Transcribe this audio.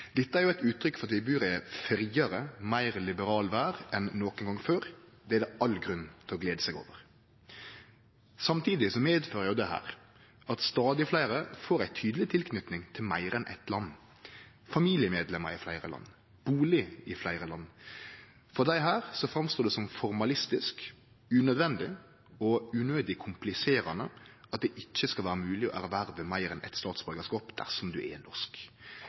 Dette er jo eit uttrykk for at vi bur i ei friare, meir liberal verd enn nokon gong før, og det er det all grunn til å glede seg over. Samtidig medfører jo dette at stadig fleire får ei tydeleg tilknyting til meir enn eitt land – familiemedlemmer i fleire land, bustad i fleire land. For dei framstår det som formalistisk, unødvendig og unødig kompliserande at det ikkje skal vere mogleg å erverve meir enn eitt statsborgarskap dersom ein er norsk.